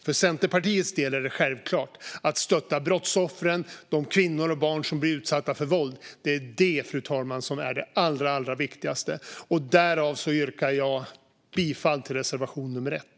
För Centerpartiets del är det självklart att stötta brottsoffren, de kvinnor och barn som blir utsatta för våld. Det är det, fru talman, som är det allra viktigaste, och därför yrkar jag bifall till reservation nummer 1.